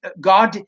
God